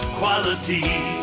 quality